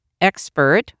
expert